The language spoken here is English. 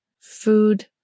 food